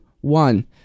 one